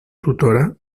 tutora